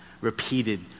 repeated